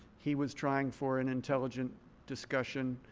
he was trying for an intelligent discussion.